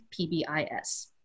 PBIS